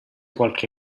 qualche